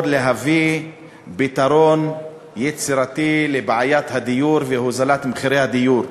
להביא פתרון יצירתי לבעיית הדיור ומחירי הדיור.